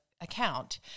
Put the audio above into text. Account